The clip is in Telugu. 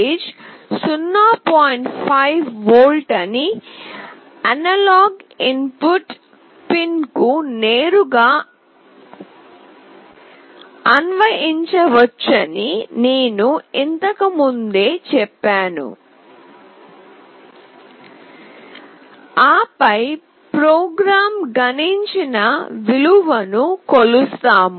5 వోల్ట్ను అనలాగ్ ఇన్ పుట్ పిన్కు నేరుగా అన్వయించవచ్చని నేను ఇంతకు మునుపే చెప్పాను ఆపై ప్రోగ్రామ్ గణించిన విలువను కొలుస్తాము